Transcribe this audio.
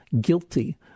guilty